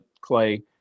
Clay